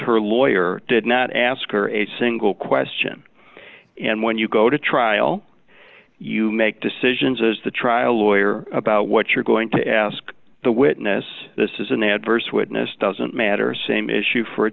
her lawyer did not ask her a single question and when you go to trial you make decisions as the trial lawyer about what you're going to ask the witness this is an adverse witness doesn't matter same issue for a